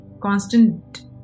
constant